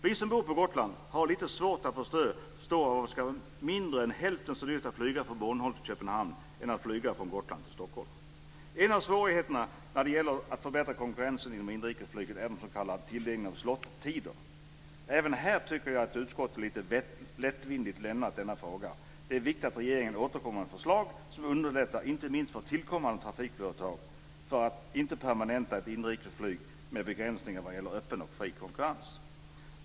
Vi som bor på Gotland har lite svårt att förstå varför det är mindre än hälften så dyrt att flyta från En av svårigheterna när det gäller att öka konkurrensen inom inrikesflyget är tilldelning av s.k. slottider. Även här tycker jag att utskottet lite lättvindigt lämnat denna fråga. Det är viktigt att regeringen återkommer med förslag som underlättar inte minst för tillkommande flygföretag - detta för att inte permanenta ett inrikesflyg med begränsningar vad gäller öppen och fri konkurrens.